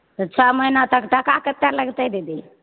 तऽ छओ महिना तक टाका कतेक लगतै दीदी